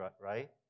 right